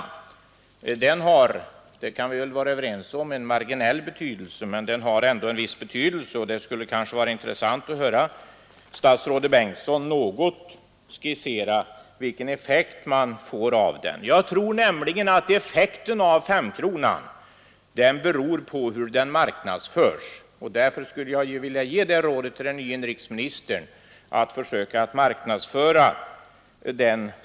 Femkronan har — det kan vi väl vara överens om — visserligen bara en marginell betydelse, men den har ändå en viss effekt, och det skulle kanske vara intressant att få höra statsrådet Bengtsson något närmare omnämna vilken effekt man får ut av den. Jag tror nämligen att effekten av femkronan beror på hur den marknadsföres. Därför skulle jag vilja ge rådet till den nye inrikesministern att framför allt försöka marknadsföra den väl.